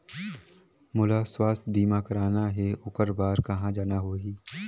मोला स्वास्थ बीमा कराना हे ओकर बार कहा जाना होही?